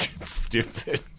Stupid